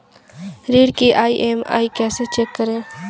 ऋण की ई.एम.आई कैसे चेक करें?